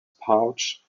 pouch